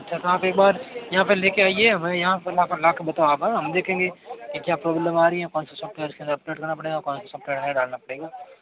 अच्छा तो आप एक बार यहाँ पर लेकर आइये हमारे यहाँ पर ला कर बताओ हाँ से हम देखेंगे कि क्या प्रॉब्लम आ रही है कौन से सॉफ्टवेयर के अंदर अपडेट करना पड़ेगा कौन सा सॉफ्टवेयर हमें डालना पड़ेगा